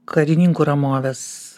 karininkų ramovės